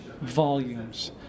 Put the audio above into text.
volumes